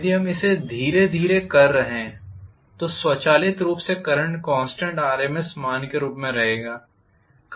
यदि हम इसे धीरे धीरे कर रहे हैं तो स्वचालित रूप से करंट कॉन्स्टेंट RMS मान के रूप में रहेगा